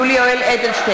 נגד יולי יואל אדלשטיין,